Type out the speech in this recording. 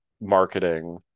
marketing